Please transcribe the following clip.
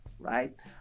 right